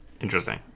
Interesting